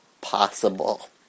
possible